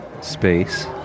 space